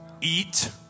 eat